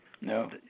No